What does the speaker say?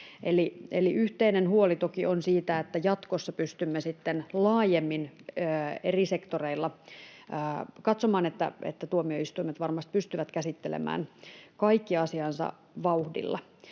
yhteinen huoli toki on siitä, että jatkossa pystymme sitten laajemmin eri sektoreilla katsomaan, että tuomioistuimet varmasti pystyvät käsittelemään kaikki asiansa vauhdilla.